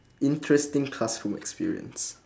interesting classroom experience